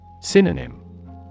Synonym